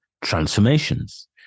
transformations